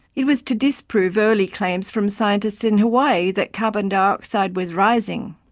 it was to disprove early claims from scientists in hawaii that carbon dioxide was rising.